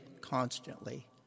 constantly